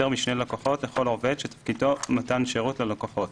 משני לקוחות לכל עובד שתפקידו מתן שירות ללקוחות,